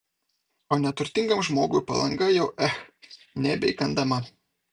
o neturtingam žmogui palanga jau ech nebeįkandama